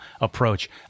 approach